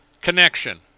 Connection